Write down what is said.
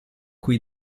cui